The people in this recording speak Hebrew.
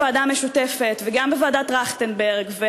גם בוועדה המשותפת וגם בוועדת טרכטנברג,